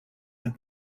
have